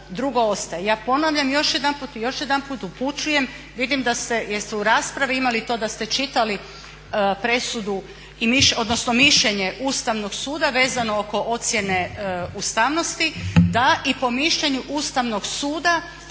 Ja ponavljam još jedanput i još jedanput upućujem vidim jer ste u raspravi imali to da ste čitali presudu odnosno mišljenje Ustavnog suda vezano oko ocjene ustavnosti da i po mišljenju Ustavnog suda